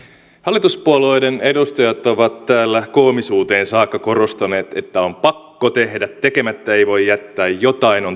hallituspuolueiden edustajat ovat täällä koomisuuteen saakka korostaneet että on pakko tehdä tekemättä ei voi jättää jotain on tehtävä